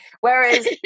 Whereas